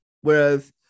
Whereas